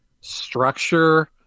structure